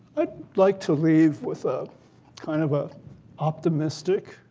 i'd like to leave with ah kind of a optimistic,